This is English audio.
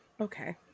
Okay